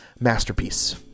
masterpiece